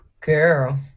Girl